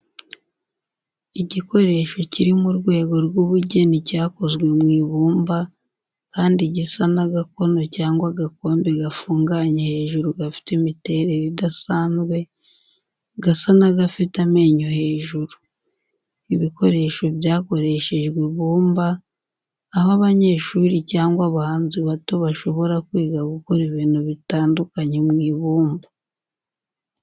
Igikoresho kiri mu rwego rw’ubugeni cyakozwe mu ibumba, kandi gisa n'agakono cyangwa agakombe gafunganye hejuru gafite imiterere idasanzwe, gasa n'agafite amenyo hejuru. Ibikoresho byakoreshejwe ibumba, aho abanyeshuri cyangwa abahanzi bato bashobora kwiga gukora ibintu bitandukanye mu ibumba.